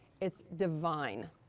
it's divine.